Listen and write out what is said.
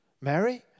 Mary